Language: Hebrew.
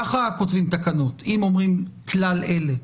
ככה כותבים תקנות, אם אומרים כלל אלה.